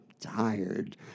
tired